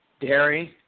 dairy